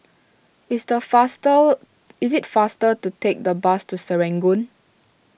it's the is it faster to take the bus to Serangoon